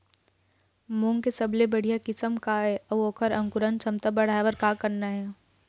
मूंग के सबले बढ़िया किस्म का ये अऊ ओकर अंकुरण क्षमता बढ़ाये बर का करना ये?